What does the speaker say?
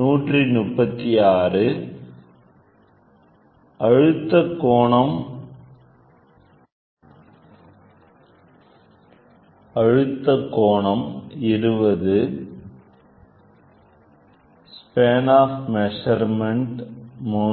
136அழுத்தக்கோணம் 20 span of measurement 3